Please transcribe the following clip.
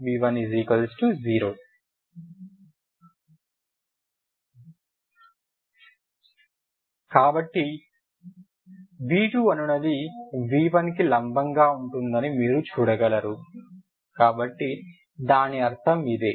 v10 కాబట్టి v2 అనునది v1 కి లంబంగా ఉంటుందని మీరు చూడగలరు కాబట్టి దాని అర్థం అదే